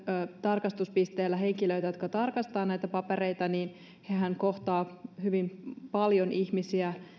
tarkastuspisteellä henkilöitä jotka tarkastavat näitä papereita niin hehän kohtaavat hyvin paljon ihmisiä